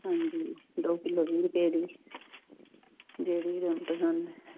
ਹਾਂਜੀ ਦੋ ਕਿਲੋ ਵੀਹ ਰੁਪਏ ਦੀ ਜਿਹੜੀ